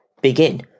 begin